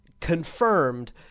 confirmed